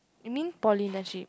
you mean poly legit